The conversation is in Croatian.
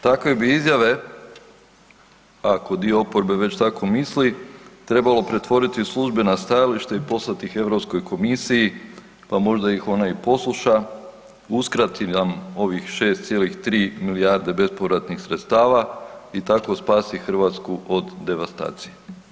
Takve vi izjave, ako dio oporbe već tako misli trebalo pretvoriti u službena stajališta i poslati ih Europskoj komisiji pa možda ih ona i posluša, uskrati nam ovih 6,3 milijarde bespovratnih sredstava i tako spasi Hrvatsku od devastacije.